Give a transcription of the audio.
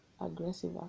aggressive